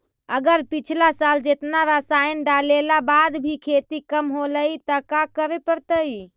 अगर पिछला साल जेतना रासायन डालेला बाद भी खेती कम होलइ तो का करे पड़तई?